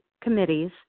committees